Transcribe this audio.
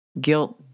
guilt